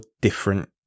different